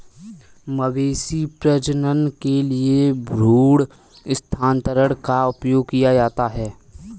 मवेशी प्रजनन के लिए भ्रूण स्थानांतरण का उपयोग किया जाता है